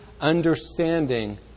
understanding